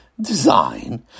design